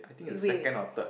eh wait wait